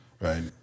right